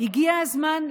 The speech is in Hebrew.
יש חובה